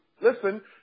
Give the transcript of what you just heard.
listen